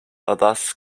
thus